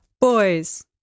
boys